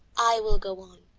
i will go on.